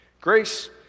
Grace